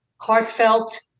heartfelt